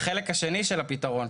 החלק השני של הפתרון,